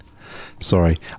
sorry